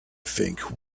think